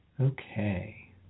Okay